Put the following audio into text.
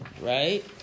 right